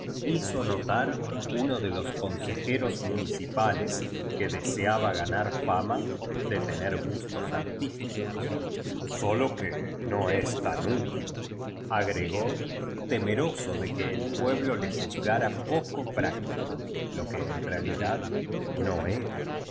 hizo notar uno ele los consejeros mu nkipajes que deseaba ganar fama de tener gustos artísticos sólo que no es tan útil agregó temeroso de que d pueblo le juzgara poco práctico lo que en realidad no era